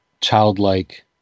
childlike